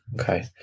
Okay